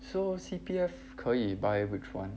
so C_P_F 可以 buy which [one]